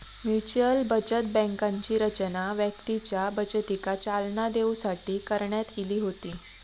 mutual बचत बँकांची रचना व्यक्तींच्या बचतीका चालना देऊसाठी करण्यात इली होती